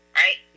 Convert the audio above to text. right